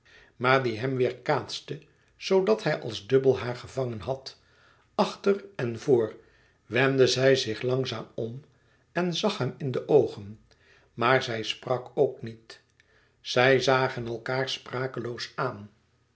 maar die hem weêrkaatste zoodat hij als dubbel haar gevangen had achter en voor wendde zij zich langzaam om en zag hem in de oogen maar zij sprak ook niet zij zagen elkaâr sprakeloos aan